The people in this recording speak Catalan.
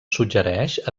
suggereix